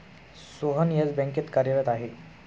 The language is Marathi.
सोहन येस बँकेत कार्यरत आहे